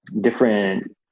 different